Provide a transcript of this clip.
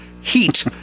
heat